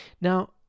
Now